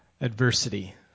adversity